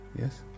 Yes